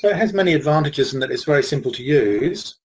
but has many advantages in that is very simple to use.